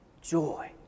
joy